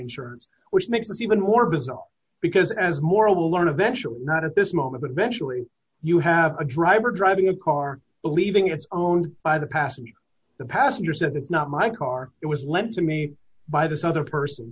insurance which makes even more bizarre because as moral learn eventually not at this moment eventually you have a driver driving a car believing it's owned by the passenger the passenger said that not my car it was lent to me by this other person